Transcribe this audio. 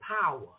power